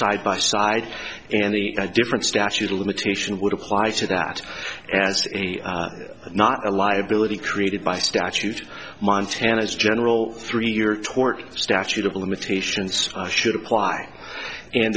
side by side and the different statute of limitation would apply to that as not a liability created by statute montana's general three year tort statute of limitations should apply and